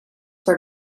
were